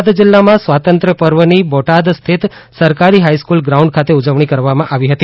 બોટાદ જિલ્લામાં સ્વાતંત્ર્ય પર્વની બોટાદ સ્થિત સરકારી હાઈસ્કુલ ગ્રાઉન્ડ ખાતે ઉજવણી કરવામાં આવેલ હતી